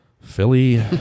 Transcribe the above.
Philly